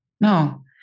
No